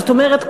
זאת אומרת,